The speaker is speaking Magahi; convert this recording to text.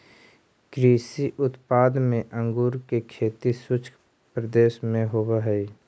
कृषि उत्पाद में अंगूर के खेती शुष्क प्रदेश में होवऽ हइ